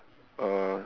a